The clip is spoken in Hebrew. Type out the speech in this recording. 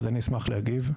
אשמח להגיב.